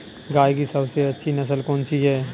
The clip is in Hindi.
गाय की सबसे अच्छी नस्ल कौनसी है?